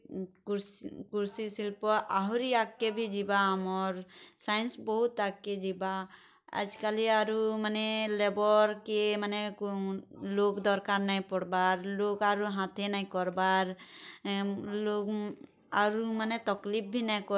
କୃଷି କୃଷି ଶିଳ୍ପ ଆହୁରି ଆଗ୍କେ ବି ଯିବା ଆମର୍ ସାଇନ୍ସ୍ ବହୁତ୍ ଆଗ୍କେ ଯିବା ଆଜିକାଲି ଆରୁ ମାନେ ଲେବର୍ କିଏ ମାନେ କୋଉ ଲୋକ୍ ଦର୍କାର୍ ନାଇଁ ପଡ଼୍ବାର୍ ଲୁକ୍ ଆରୁ ହାତେଁ ନାଇଁ କର୍ବାର୍ ଲୁକ୍ ଆରୁ ତକ୍ଲିଫ୍ ଭି ନାଇଁ କର୍ବାର୍